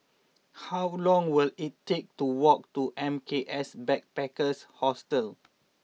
how long will it take to walk to M K S Backpackers Hostel